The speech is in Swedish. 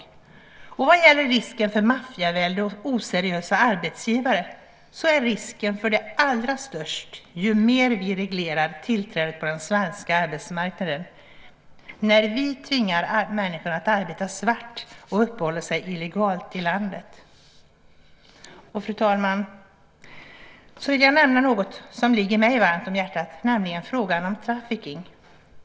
Vad gäller risken för maffiavälde och oseriösa arbetsgivare är risken för det allt större ju mer vi reglerar tillträdet på den svenska arbetsmarknaden och tvingar människor att arbeta svart och uppehålla sig illegalt i landet. Fru talman! Jag vill också nämna något som ligger mig varmt om hjärtat, nämligen frågan om trafficking .